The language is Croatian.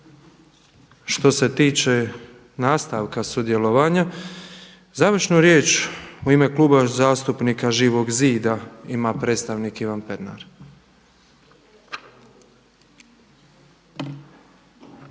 Što se tiče nastavka sudjelovanja završnu riječ u ime Kluba zastupnika Živog zida ima predstavnik Ivan Pernar.